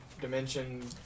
dimension